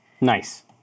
Nice